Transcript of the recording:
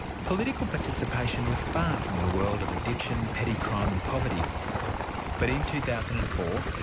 political participation was far from her world of addiction, petty crime and povertybut but in two thousand and four,